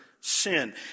sin